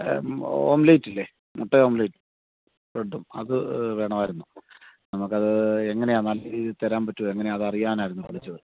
omelette ഇല്ലേ മുട്ട omelette ബ്രഡും അത് വേണമായിരുന്നു നമുക്കത് എങ്ങനെയാ നല്ല രീതിയിൽ തരാൻ പറ്റുമോ എങ്ങനെയാ അത് അറിയാനായിരുന്നു വിളിച്ചത്